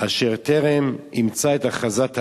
אשר טרם אימצה את הכרזת האו"ם.